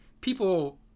people